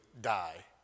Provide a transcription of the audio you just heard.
die